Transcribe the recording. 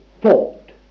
thought